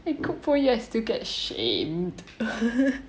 I cook for you I still get shamed